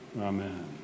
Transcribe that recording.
Amen